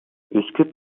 üsküp